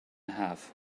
half